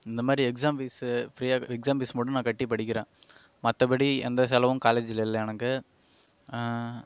இந்த மாதிரி exam fees ஃபிரீயாக எக்ஸாம் ஃபீஸ் மட்டும் நான் கட்டி படிக்கிறேன் மற்றபடி எந்த செலவும் காலேஜில் இல்லை எனக்கு